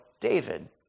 David